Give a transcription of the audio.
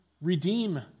redeem